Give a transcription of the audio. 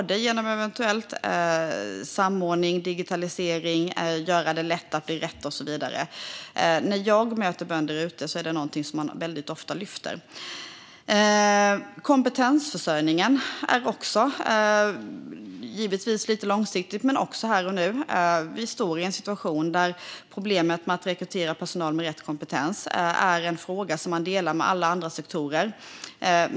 Det gäller samordning, digitalisering, göra det lätt att göra rätt, och så vidare. När jag möter bönder ute i landet är det någonting som de väldigt ofta lyfter fram. Kompetensförsörjningen är givetvis också långsiktig men handlar också om här och nu. Vi står i en situation där problemet med att rekrytera personal med rätt kompetens är en fråga som man delar med alla andra sektorer.